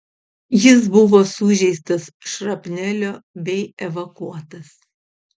jis buvo sužeistas šrapnelio bei evakuotas